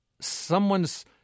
someone's